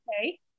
okay